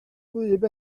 gwlyb